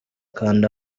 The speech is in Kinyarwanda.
kanda